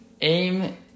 Aim